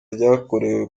ryakorewe